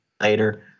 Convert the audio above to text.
later